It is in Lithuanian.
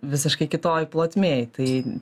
visiškai kitoj plotmėj tai